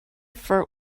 for